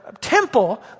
temple